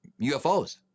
UFOs